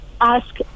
ask